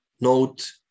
note